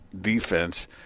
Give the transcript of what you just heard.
defense